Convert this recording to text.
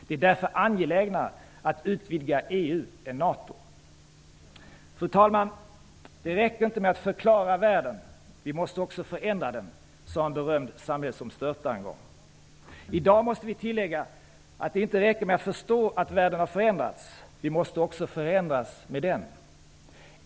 Det är därför angelägnare att utvidga EU än Nato. Fru talman! Det räcker inte med att förklara världen, vi måste också förändra den, sade en gång en berömd samhällsomstörtare. I dag måste vi tillägga att det inte räcker med att förstå att världen förändrats, vi måste också förändras med den.